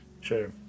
Sure